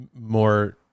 more